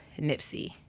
Nipsey